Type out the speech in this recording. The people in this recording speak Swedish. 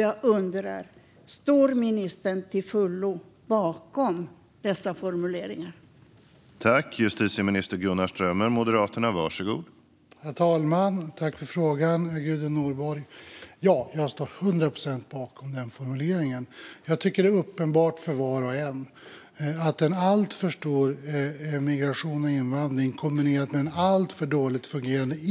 Jag undrar om ministern står bakom dessa formuleringar